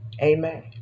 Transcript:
Amen